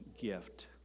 gift